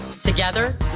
Together